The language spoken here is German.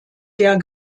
der